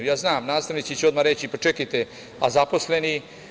Ja znam, nastavnici će odmah reći – pa, čekajte, a zaposleni?